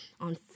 on